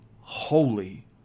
holy